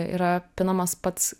yra pinamas pats